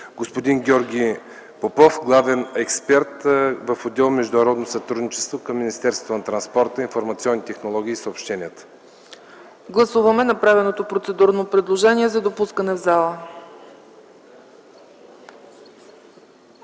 господин Георги Попов – главен експерт в отдел „Международно сътрудничество” към Министерството на транспорта, информационните технологии и съобщенията. ПРЕДСЕДАТЕЛ ЦЕЦКА ЦАЧЕВА: Гласуваме направеното процедурно предложение за допускане в